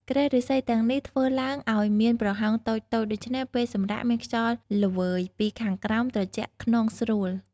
គ្រែឫស្សីទាំងនេះធ្វើឡើងឱ្យមានប្រហោងតូចៗ ដូច្នេះពេលសម្រាកមានខ្យល់ល្ហើយពីខាងក្រោមត្រជាក់ខ្នងស្រួល។